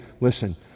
listen